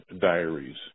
diaries